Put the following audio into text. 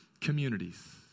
communities